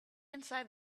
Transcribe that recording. inside